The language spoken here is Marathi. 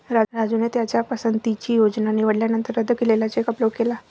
राजूने त्याच्या पसंतीची योजना निवडल्यानंतर रद्द केलेला चेक अपलोड केला